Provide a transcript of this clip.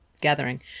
gathering